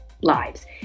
lives